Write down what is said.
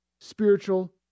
spiritual